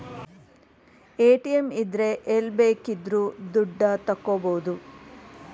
ATM ಇದ್ರೆ ಎಲ್ಲ್ ಬೇಕಿದ್ರು ದುಡ್ಡ ತಕ್ಕಬೋದು